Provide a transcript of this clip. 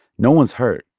no one is hurt,